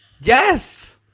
Yes